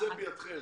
הנושא בידכם.